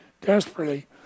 desperately